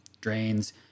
drains